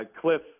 Cliff